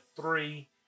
three